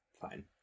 fine